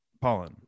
pollen